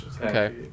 Okay